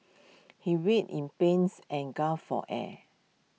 he writhed in pains and gasped for air